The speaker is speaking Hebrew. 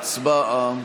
הצבעה.